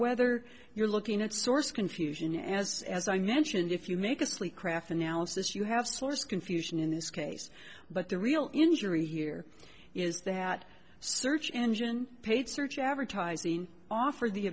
whether you're looking at source confusion as as i mentioned if you make a sleek craft analysis you have source confusion in this case but the real injury here is that search engine paid search advertising offer the